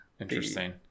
Interesting